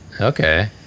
okay